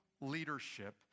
leadership